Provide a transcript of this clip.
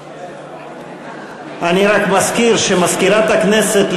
אני רק מזכיר שמזכירת הכנסת,